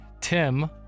Tim